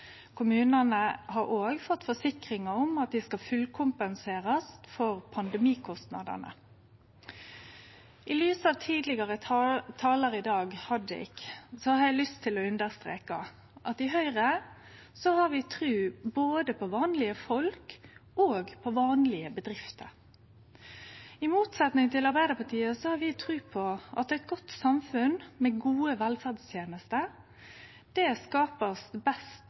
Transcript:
Kommunane har òg fått forsikringar om at dei skal fullkompenserast for pandemikostnadane. I lys av det tidlegare talar, Hadia Tajik, sa i dag, har eg lyst til understreke at i Høgre har vi tru både på vanlege folk og på vanlege bedrifter. I motsetning til Arbeidarpartiet har vi tru på at eit godt samfunn med gode velferdstenester vert skapt best